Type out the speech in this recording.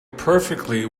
perfectly